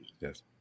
Yes